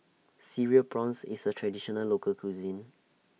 Cereal Prawns IS A Traditional Local Cuisine